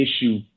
issue